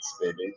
baby